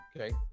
Okay